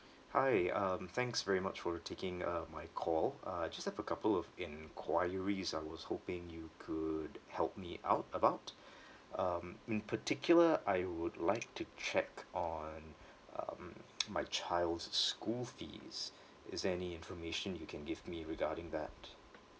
hi um thanks very much for taking uh my call uh just have a couple of enquiries I was hoping you could help me out about um in particular I would like to check on um my child's school fees is there any information you can give me regarding that